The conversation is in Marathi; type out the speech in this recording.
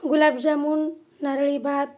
गुलाबजामून नारळी भात